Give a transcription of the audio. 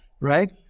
Right